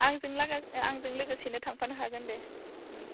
आंजों लोगोसेनो थांफानो हागोन दे